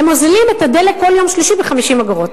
הם מוזילים את הדלק כל יום שלישי ב-50 אגורות.